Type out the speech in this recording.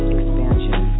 Expansion